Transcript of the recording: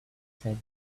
said